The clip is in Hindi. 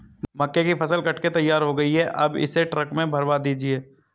मक्के की फसल कट के तैयार हो गई है अब इसे ट्रक में भरवा दीजिए